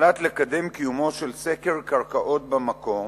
הוחלט לקדם קיומו של סקר קרקעות במקום,